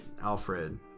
Alfred